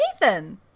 Nathan